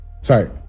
Sorry